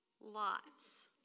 Lots